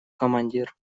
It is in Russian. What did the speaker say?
командир